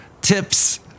Tips